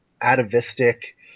atavistic